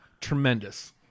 Tremendous